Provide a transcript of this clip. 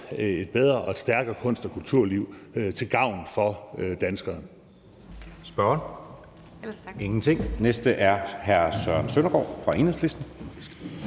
et bedre og stærkere kunst- og kulturliv til gavn for danskerne.